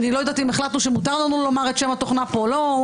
אני לא יודעת אם החלטנו שמותר לנו לומר את שם התוכנה פה או לא,